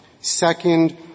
Second